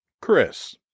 Chris